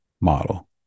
model